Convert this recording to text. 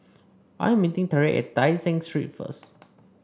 I am meeting Tariq at Tai Seng Street first